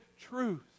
truth